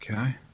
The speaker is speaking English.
Okay